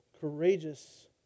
courageous